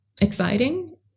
exciting